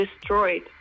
destroyed